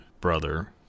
brother